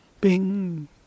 Bing